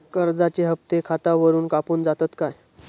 कर्जाचे हप्ते खातावरून कापून जातत काय?